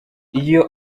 iyo